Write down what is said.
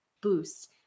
boost